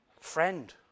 Friend